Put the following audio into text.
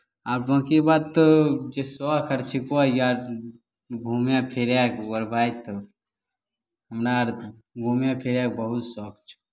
आ बाँकी बात तऽ जे शौख अर छिकौ यार घूमय फिरयके हमरा अर तऽ घूमय फिरयके बहुत शौख छह